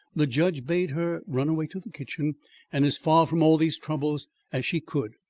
the judge bade her run away to the kitchen and as far from all these troubles as she could,